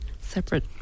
separate